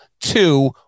two